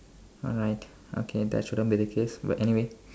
alright okay that shouldn't be the case but anyway